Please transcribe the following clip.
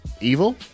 Evil